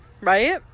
Right